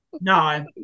No